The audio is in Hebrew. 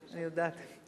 אני יודעת.